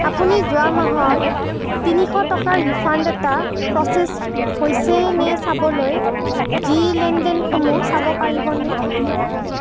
আপুনি যোৱা মাহত তিনিশ টকাৰ ৰিফাণ্ড এটা প্ৰচেছ হৈছেনে চাবলৈ জি লেনদেনসমূহ চাব পাৰিবনে